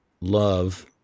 love